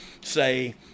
say –